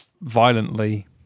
violently